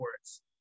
words